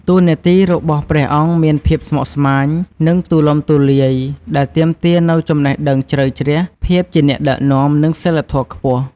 តួនាទីរបស់ព្រះអង្គមានភាពស្មុគស្មាញ និងទូលំទូលាយ ដែលទាមទារនូវចំណេះដឹងជ្រៅជ្រះ ភាពជាអ្នកដឹកនាំ និងសីលធម៌ខ្ពស់។